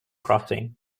crossing